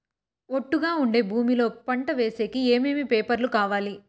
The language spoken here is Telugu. ఒట్టుగా ఉండే భూమి లో పంట వేసేకి ఏమేమి పేపర్లు కావాలి?